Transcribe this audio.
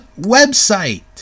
website